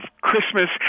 Christmas